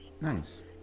Nice